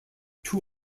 two